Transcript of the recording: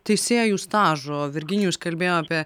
teisėjų stažo virginijus kalbėjo apie